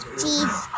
cheese